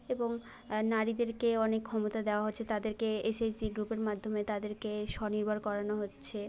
এবং নারীদেরকেও অনেক ক্ষমতা দেওয়া হচ্ছে তাদেরকে এসএসজি গ্রুপের মাধ্যমে তাদেরকে স্বনির্ভর করানো হচ্ছে